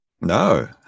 No